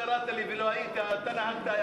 נעים היה